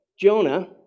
Jonah